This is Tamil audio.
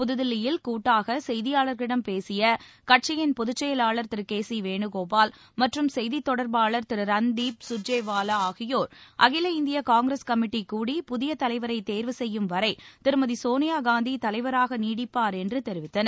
புதுதில்லியில் கூட்டாக செய்தியாளர்களிடம் பேசிய கட்சியின் பொதுச்செயலாளர் திரு கே சி வேணுகோபால் மற்றும் செய்தித் தொடர்பாளர் திரு ரன்தீப் சுர்ஜேவாலா ஆகியோர் அகில இந்திய காங்கிரஸ் கமிட்டி கூடி புதிய தலைவரை தேர்வு செய்யும் வரை திருமதி சோனியாகாந்தி தலைவராக நீடிப்பார் என்று தெரிவித்தனர்